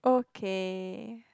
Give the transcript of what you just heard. okay